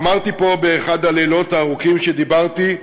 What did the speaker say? אמרתי פה באחד הלילות הארוכים, כשדיברתי,